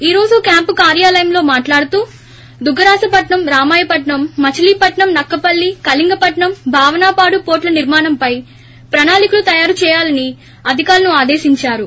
ఈ రోజు క్యాంపు కార్యాలయంలో మాట్లాడుతూ దుగ్గజరాజపట్నం రామాయపట్నం మచిలీపట్నం నక్కపల్లి కళింగపట్నం భావనపాడు పోర్టుల నిర్మాణంపై ప్రణాళికలు తయారు చేయాలని అధికారులను ఆదేశిందారు